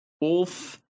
wolf